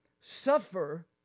suffer